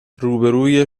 روبروی